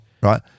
Right